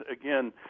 again